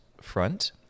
front